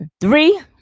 Three